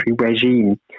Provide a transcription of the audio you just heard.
regime